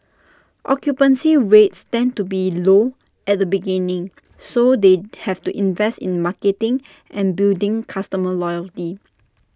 occupancy rates tend to be low at the beginning so they have to invest in marketing and building customer loyalty